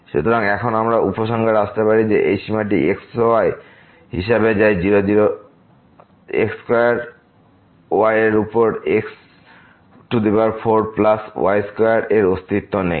সুতরাং এখন আমরা উপসংহারে আসতে পারি যে এই সীমাটি x y হিসাবে যায় 0 0 x স্কয়ার y এর উপর x 4 প্লাস y স্কয়ার এর অস্তিত্ব নেই